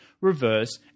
reverse